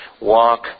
walk